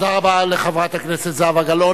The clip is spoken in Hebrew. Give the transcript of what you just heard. תודה רבה לחברת הכנסת זהבה גלאון.